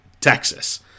Texas